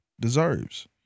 deserves